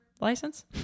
license